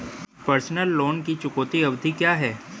Personal loan की चुकौती अवधि क्या है?